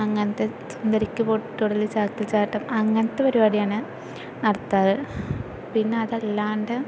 അങ്ങനത്തെ സുന്ദരിക്ക് പൊട്ടു തൊടീല് ചാക്കില് ചാട്ടം അങ്ങനത്തെ പരിപാടിയാണ് നടത്താറ് പിന്നെ അതല്ലാണ്ട്